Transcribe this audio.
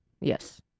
Yes